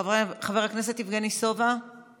חברי חבר הכנסת יבגני סובה, איננו,